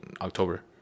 October